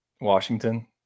Washington